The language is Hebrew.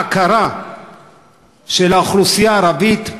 ההכרה באוכלוסייה הערבית,